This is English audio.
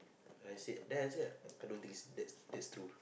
I say then I say I don't think that's that's true